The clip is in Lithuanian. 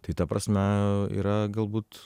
tai ta prasme yra galbūt